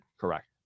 Correct